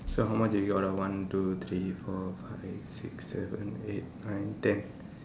so how much we got ah one two three four five six seven eight nine ten